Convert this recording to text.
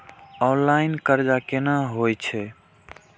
Online कर्ज केना होई छै?